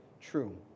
true